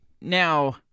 now